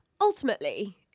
Ultimately